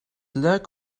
luik